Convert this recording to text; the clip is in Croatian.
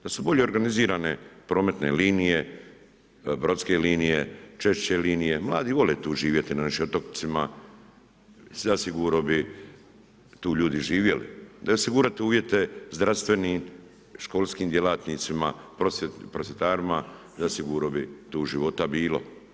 Da su bolje organizirane prometne linije, brodske linije, češće linije, mladi vole tu živjeti na našim otocima, zasigurno tu ljudi živjeli, da je osigurat uvjete zdravstvenim, školskim djelatnicima, prosvjetarima, zasigurno bi tu života bilo.